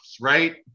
right